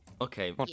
okay